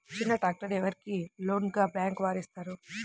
చిన్న ట్రాక్టర్ ఎవరికి లోన్గా బ్యాంక్ వారు ఇస్తారు?